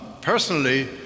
personally